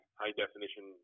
high-definition